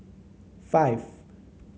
five